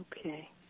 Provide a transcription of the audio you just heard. Okay